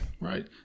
Right